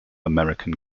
american